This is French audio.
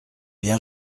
bien